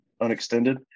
unextended